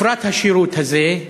השירות הזה,